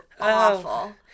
awful